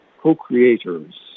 co-creators